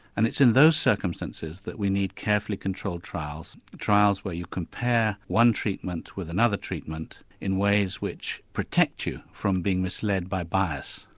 and it's in those circumstances that we need carefully controlled trials, trials where you compare one treatment with another treatment in ways which protect you from being misled by bias.